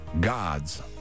God's